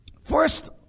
First